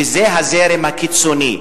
וזה הזרם הקיצוני.